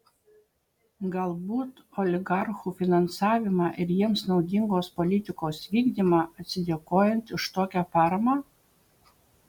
galbūt oligarchų finansavimą ir jiems naudingos politikos vykdymą atsidėkojant už tokią paramą